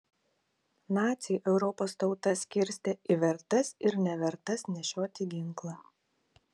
naciai europos tautas skirstė į vertas ir nevertas nešioti ginklą